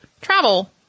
travel